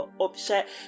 upset